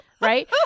right